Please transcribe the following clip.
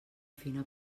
fina